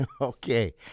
Okay